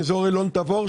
אזור אלון תבור,